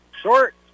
Short